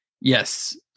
Yes